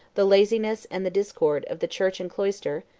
the laziness, and the discord, of the church and cloister,